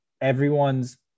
everyone's